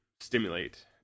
stimulate